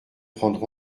prendre